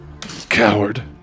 coward